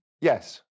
Yes